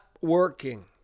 working